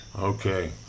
Okay